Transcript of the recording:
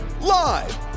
Live